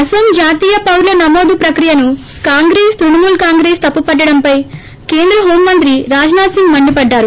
అనోం జాతీయ పౌరుల నమోదు ఎన్ఆర్సీ ప్రక్రియను కాంగ్రెస్ త్వణమూల్ కాంగ్రెస్ తప్పుపట్టడంపై కేంద్ర హోం మంత్రి రాజ్నాథ్ సింగ్ మండిపడ్డారు